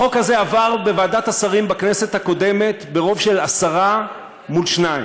החוק הזה עבר בוועדת השרים בכנסת הקודמת ברוב של עשרה מול שניים.